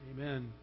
Amen